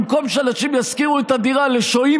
במקום שאנשים ישכירו את הדירה לשוהים